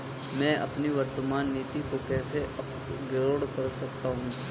मैं अपनी वर्तमान नीति को कैसे अपग्रेड कर सकता हूँ?